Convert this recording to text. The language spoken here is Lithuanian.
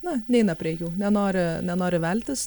na neina prie jų nenori nenori veltis